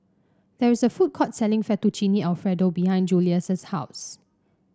there is a food court selling Fettuccine Alfredo behind Julious' house